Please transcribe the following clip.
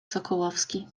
sokołowski